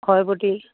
শই প্ৰতি